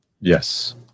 Yes